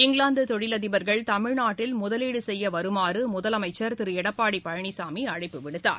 இங்கிலாந்து தொழிலதிபர்கள் தமிழ்நாட்டில் முதலீடு செய்ய வருமாறு முதலமைச்சர் திரு எடப்பாடி பழனிசாமி அழைப்பு விடுத்தார்